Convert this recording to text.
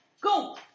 Go